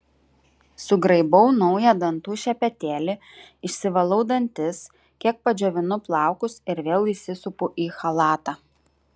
sugraibau naują dantų šepetėlį išsivalau dantis kiek padžiovinu plaukus ir vėl įsisupu į chalatą